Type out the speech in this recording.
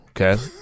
okay